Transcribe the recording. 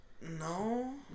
No